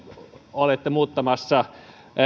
olette muuttamassa